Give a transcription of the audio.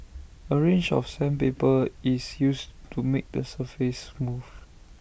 A range of sandpaper is used to make the surface smooth